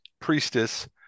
priestess